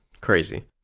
crazy